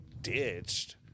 ditched